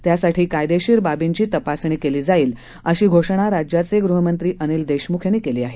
त्यासाठी कायदेशीर बाबींची तपासणी केली जाईल अशी घोषणा राज्याचे गृहमंत्री अनिल देशमुख यांनी केली आहे